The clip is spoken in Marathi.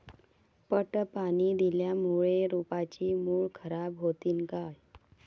पट पाणी दिल्यामूळे रोपाची मुळ खराब होतीन काय?